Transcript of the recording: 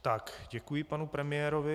Tak, děkuji panu premiérovi.